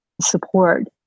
support